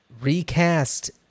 Recast